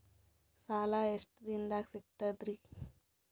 ಸಾಲಾ ಎಷ್ಟ ದಿಂನದಾಗ ಸಿಗ್ತದ್ರಿ?